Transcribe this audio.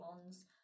bonds